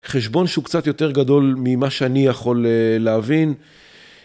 חשבון שהוא קצת יותר גדול ממה שאני יכול להבין.